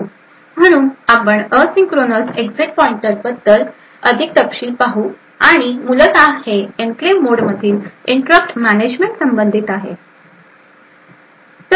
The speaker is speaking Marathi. म्हणून आपण असिंक्रोनस एक्झीट पॉईंटर बद्दल अधिक तपशील पाहूयात आणि मूलत हे एन्क्लेव्ह मोडमधील इंटरप्ट मॅनेजमेंट संबंधित आहे